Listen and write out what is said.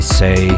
say